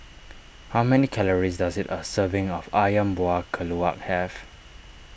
how many calories does it a serving of Ayam Buah Keluak have